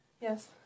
Yes